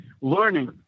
learning